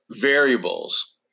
variables